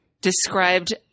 described